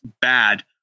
bad